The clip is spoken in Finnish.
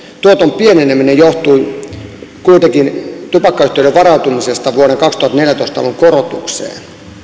tuoton pieneneminen johtui tupakkayhtiöiden varautumisesta vuoden kaksituhattaneljätoista alun korotukseen